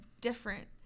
different